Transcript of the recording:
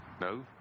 No